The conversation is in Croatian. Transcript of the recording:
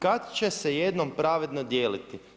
Kada će se jednom pravedno dijeliti?